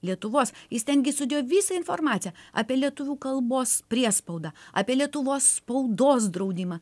lietuvos jis ten gi sudėjo visą informaciją apie lietuvių kalbos priespaudą apie lietuvos spaudos draudimą